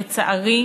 לצערי,